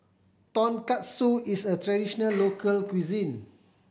tonkatsu is a traditional local cuisine